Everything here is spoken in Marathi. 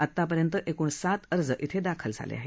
आतापर्यंत एकूण सात अर्ज दाखल झाले आहेत